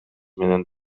менен